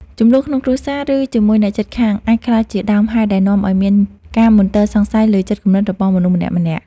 ជម្លោះក្នុងគ្រួសារឬជាមួយអ្នកជិតខាងអាចក្លាយជាដើមហេតុដែលនាំឱ្យមានការមន្ទិលសង្ស័យលើចិត្តគំនិតរបស់មនុស្សម្នាក់ៗ។